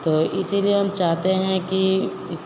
तो इसलिए हम चाहते हैं कि इस